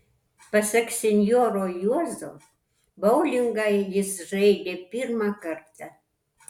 pasak senjoro juozo boulingą jis žaidė pirmą kartą